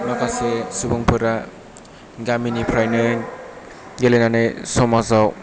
माखासे सुबुंफोरा गामिनिफ्रायनो गेलेनानै समाजाव